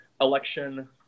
election